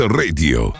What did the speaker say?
radio